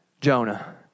Jonah